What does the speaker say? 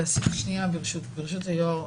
ברשות בראשות היו"ר,